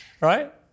Right